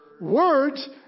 Words